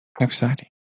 exciting